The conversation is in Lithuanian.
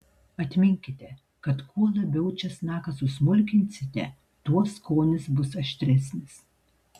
atminkite kad kuo labiau česnaką susmulkinsite tuo skonis bus aštresnis